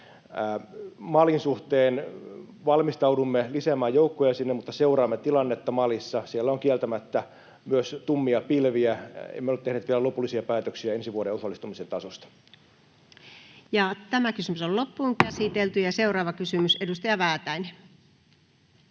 Malin suhteen valmistaudumme lisäämään joukkoja sinne, mutta seuraamme tilannetta Malissa. Siellä on kieltämättä myös tummia pilviä. Emme ole tehneet vielä lopullisia päätöksiä ensi vuoden osallistumisen tasosta. Seuraava kysymys, edustaja Väätäinen.